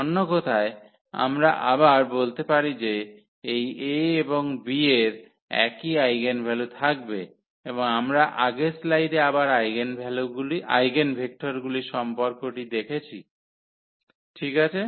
অন্য কথায় আমরা আবার বলতে পারি যে এই A এবং B এর একই আইগেনভ্যালু থাকবে এবং আমরা আগের স্লাইডে আবার আইগেনভেক্টরগুলির সম্পর্কটি দেখেছি ঠিক আছে